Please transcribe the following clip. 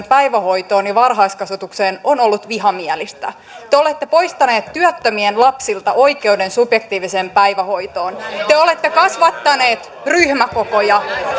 päivähoitoon ja varhaiskasvatukseen on ollut vihamielistä te olette poistaneet työttömien lapsilta oikeuden subjektiiviseen päivähoitoon te olette kasvattaneet ryhmäkokoja